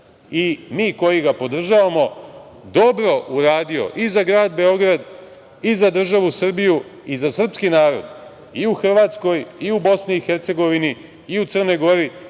i mi koji ga podržavamo dobro uradio i za grad Beograd i za državu Srbiju i za srpski narod i u Hrvatskoj i u BiH i u Crnoj Gori